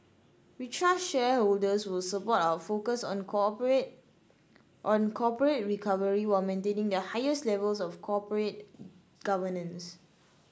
we trust shareholders will support our focus on corporate on corporate recovery while maintaining the highest levels of corporate governance